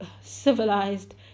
civilized